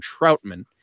Troutman